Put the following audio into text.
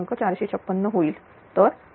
456 होईल तर 78000